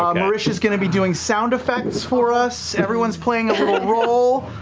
um marisha's going to be doing sound effects for us. everyone's playing a little role.